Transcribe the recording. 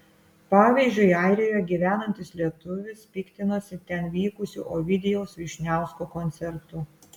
pavyzdžiui airijoje gyvenantis lietuvis piktinosi ten vykusiu ovidijaus vyšniausko koncertu